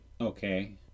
Okay